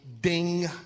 Ding